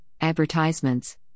advertisements